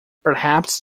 perhaps